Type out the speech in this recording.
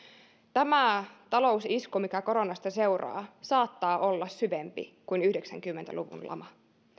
tämä talousisku mikä koronasta seuraa saattaa olla syvempi kuin yhdeksänkymmentä luvun lama